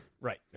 Right